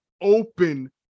open